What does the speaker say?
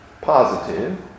positive